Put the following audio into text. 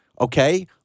okay